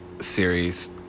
series